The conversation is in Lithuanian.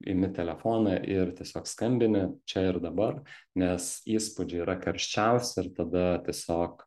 imi telefoną ir tiesiog skambini čia ir dabar nes įspūdžiai yra karščiausi ir tada tiesiog